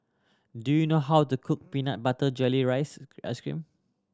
do you know how to cook peanut butter jelly rice ice cream